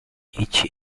each